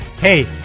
Hey